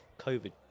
COVID